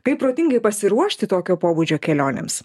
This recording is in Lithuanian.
kaip protingai pasiruošti tokio pobūdžio kelionėms